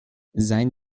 seien